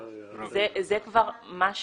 אוקיי, אבל זאת שאלה אחרת.